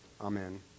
Amen